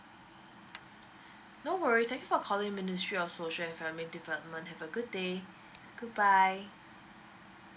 no worries thank you for calling ministry of social and family department have a good day goodbye